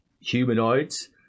humanoids